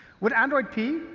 with android p,